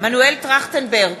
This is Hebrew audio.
מנואל טרכטנברג,